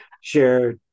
share